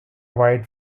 white